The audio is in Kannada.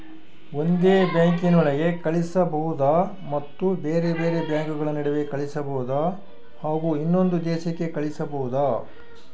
ಒಂದೇ ಬ್ಯಾಂಕಿನೊಳಗೆ ಕಳಿಸಬಹುದಾ ಮತ್ತು ಬೇರೆ ಬೇರೆ ಬ್ಯಾಂಕುಗಳ ನಡುವೆ ಕಳಿಸಬಹುದಾ ಹಾಗೂ ಇನ್ನೊಂದು ದೇಶಕ್ಕೆ ಕಳಿಸಬಹುದಾ?